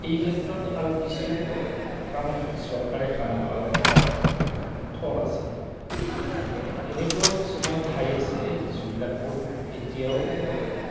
এই ক্ষেত্ৰত আৰু কিছু কাম চৰকাৰে কাম কৰাৰ থল আছে এনেকুৱাও কিছুমান ঠাই আছে যিবিলাকত এতিয়াও